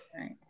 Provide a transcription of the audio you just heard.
Right